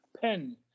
pen